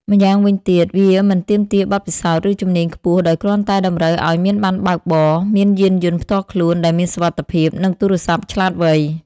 ម្យ៉ាងវិញទៀត វាមិនទាមទារបទពិសោធន៍ ឬជំនាញខ្ពស់ដោយគ្រាន់តែតម្រូវឲ្យមានប័ណ្ណបើកបរ មានយានយន្តផ្ទាល់ខ្លួនដែលមានសុវត្ថិភាព និងទូរស័ព្ទឆ្លាតវៃ។